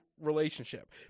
relationship